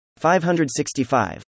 565